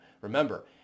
remember